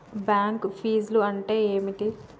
Bank ఫీజ్లు అంటే ఏమిటి?